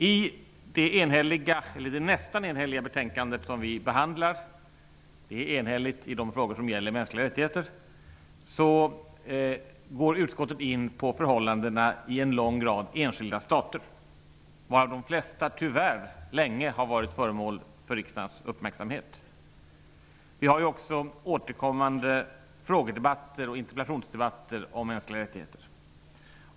I det nästan enhälliga betänkande som vi behandlar -- det är enhälligt i de frågor som gäller mänskliga rättigheter -- går utskottet in på förhållandena i en lång rad enskilda stater av vilka de flesta tyvärr länge varit föremål för riksdagens uppmärksamhet. Vi har ju återkommande frågedebatter och interpellationsdebatter om mänskliga rättigheter.